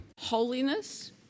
holiness